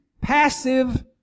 passive